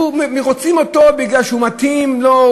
רוצים אותו בגלל שהוא מתאים לו,